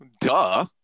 Duh